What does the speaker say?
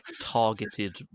targeted